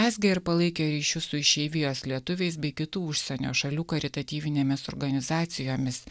mezgė ir palaikė ryšius su išeivijos lietuviais bei kitų užsienio šalių karitatyvinėmis organizacijomis